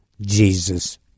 Jesus